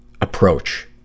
approach